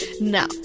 Now